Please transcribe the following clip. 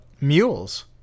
mules